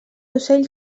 ocell